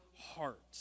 heart